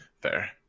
Fair